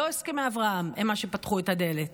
לא הסכמי אברהם הם שפתחו את הדלת.